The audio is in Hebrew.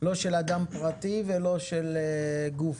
לא של אדם פרטי ולא של גוף.